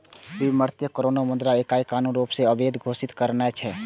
विमुद्रीकरण कोनो मुद्रा इकाइ कें कानूनी रूप सं अवैध घोषित करनाय छियै